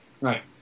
Right